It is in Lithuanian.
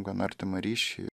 gana artimą ryšį